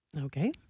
Okay